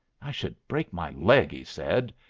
i should break my leg, he said,